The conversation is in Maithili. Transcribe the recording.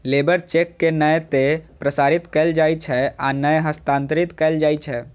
लेबर चेक के नै ते प्रसारित कैल जाइ छै आ नै हस्तांतरित कैल जाइ छै